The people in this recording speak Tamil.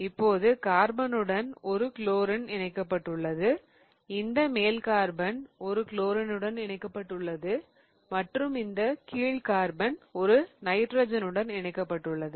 இப்போது கார்பனுடன் ஒரு குளோரின் இணைக்கப்பட்டுள்ளது இந்த மேல் கார்பன் ஒரு குளோரினுடன் இணைக்கப்பட்டுள்ளது மற்றும் இந்த கீழ் கார்பன் ஒரு நைட்ரஜனுடன் இணைக்கப்பட்டுள்ளது